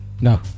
No